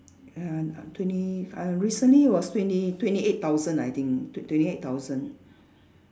uh twenty uh recently was twenty twenty eight thousand I think t~ twenty eight thousand